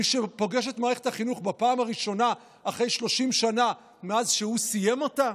מי שפוגש את מערכת החינוך בפעם הראשונה אחרי 30 שנה מאז שהוא סיים אותה?